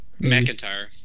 McIntyre